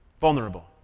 Vulnerable